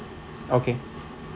okay